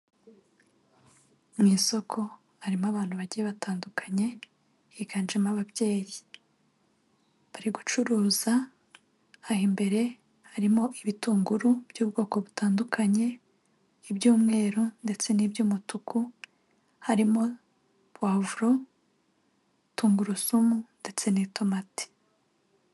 Mu isoko harimo abantu bagiye batandukanye higanjemo ababyeyi bari gucuruza aho imbere harimo ibitunguru by'ubwoko butandukanye iby'umweru ndetse n'iby'umutuku harimo pavuro, tungurusumu ndetse n'itomati.